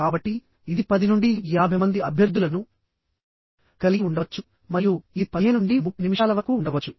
కాబట్టి ఇది 10 నుండి 50 మంది అభ్యర్థులను కలిగి ఉండవచ్చు మరియు ఇది 15 నుండి 30 నిమిషాల వరకు ఉండవచ్చు